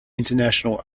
international